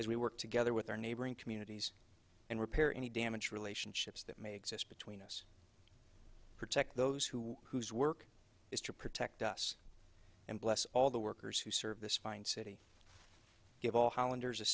as we work together with our neighboring communities and repair any damage relationships that may exist between us protect those who whose work is to protect us and bless all the workers who serve this fine city give all hollanders